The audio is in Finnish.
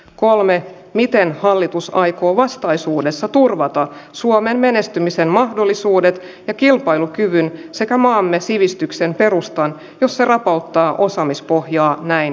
kolme miten hallitus aikoo vastaisuudessa turvata suomen menestymisen mahdollisuudet kilpailukyvyn sekä maamme sivistyksen perustan ja se rapauttaa osaamispohjaa näin